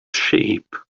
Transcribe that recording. sheep